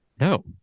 No